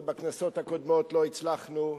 ובכנסות הקודמות לא הצלחנו,